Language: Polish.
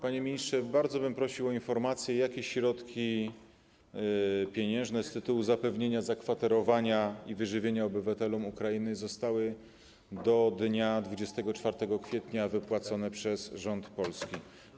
Panie ministrze, bardzo bym prosił o informacje, jakie środki pieniężne z tytułu zapewnienia zakwaterowania i wyżywienia obywatelom Ukrainy zostały do dnia 24 kwietnia wypłacone przez polski rząd.